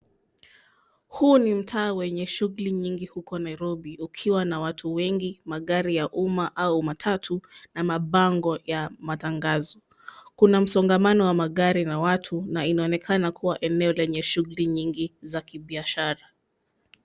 Huu ni mtaa wenye shughuli nyingi huko Nairobi ukiwa na watu wengi, magari ya uma au matatu na mabango ya matangazo. Kuna msongamano wa magari na watu na inaonekana kuwa eneo lenye shughuli nyingi za kibiashara.